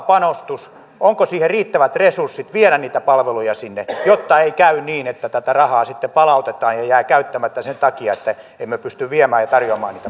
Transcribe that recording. panostuksesta onko riittävät resurssit viedä niitä palveluja sinne jotta ei käy niin että tätä rahaa sitten palautetaan ja jää käyttämättä sen takia että emme pysty viemään ja tarjoamaan niitä